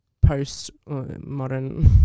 post-modern